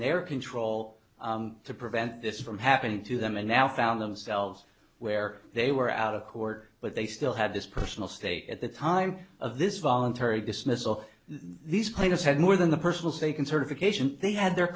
their control to prevent this from happening to them and now found themselves where they were out of court but they still had this personal stake at the time of this voluntary dismissal these plaintiffs had more than a personal stake in certification they had their